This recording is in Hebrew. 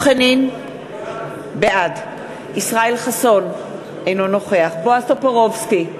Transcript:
בעד ישראל חסון, אינו נוכח בועז טופורובסקי,